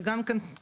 זה גם פרנסה,